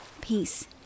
peace